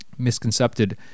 misconcepted